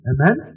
Amen